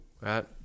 right